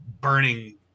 burning